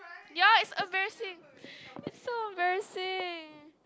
ya it's embarrassing it's so embarrassing